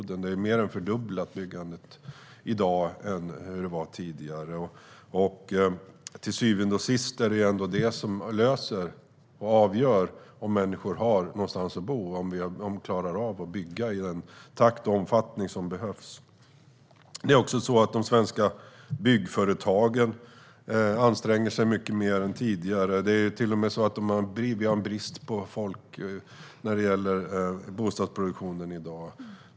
Byggandet är mer än fördubblat mot hur det var tidigare, och till syvende och sist är det ändå om vi klarar av att bygga i den takt och omfattning som behövs som avgör om människor har någonstans att bo. De svenska byggföretagen anstränger sig också mycket mer än tidigare. Det är till och med så att de i dag har brist på folk när det gäller bostadsproduktionen.